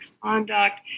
conduct